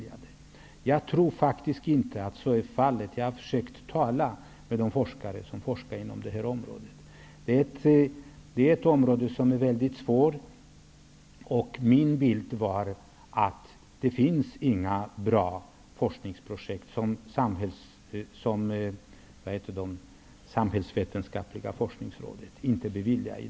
Jag tror faktiskt inte att så är fallet. Jag har talat med forskare inom området, ett område som är mycket svårt. Den bild som jag har är att det i dag inte finns några bra forskningsprojekt som Socialvetenskapliga forskningsrådet inte beviljar.